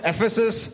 Ephesus